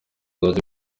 azajye